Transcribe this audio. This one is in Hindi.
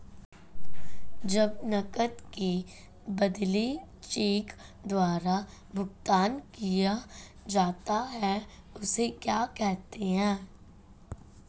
जब नकद के बदले चेक द्वारा भुगतान किया जाता हैं उसे क्या कहते है?